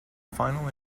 final